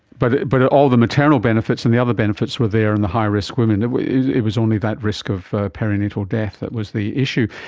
but but all the maternal benefits and the other benefits were there in the high risk women, it was only that risk of perinatal death that was the issue.